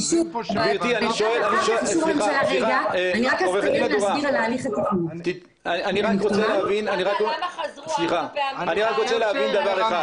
אני רק רוצה להבין דבר אחד.